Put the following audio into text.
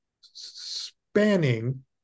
spanning